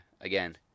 again